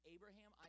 Abraham